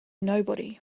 nobody